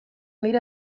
dira